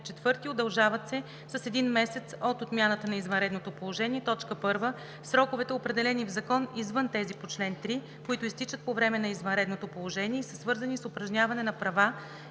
„Чл. 4. Удължават се с един месец от отмяната на извънредното положение: 1. сроковете, определени в закон, извън тези по чл. 3, които изтичат по време на извънредното положение и са свързани с упражняване на права